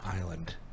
island